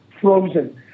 frozen